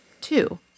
Two